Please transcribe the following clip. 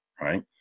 right